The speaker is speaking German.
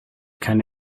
keinen